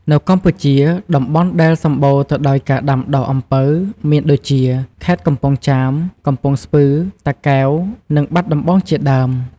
នៅកម្ពុជា តំបន់ដែលសម្បូរទៅដោយការដាំដុះអំពៅមានដូចជា ខេត្តកំពង់ចាម កំពង់ស្ពឺ តាកែវ និងបាត់ដំបង ជាដើម។